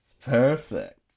Perfect